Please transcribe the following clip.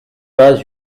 pas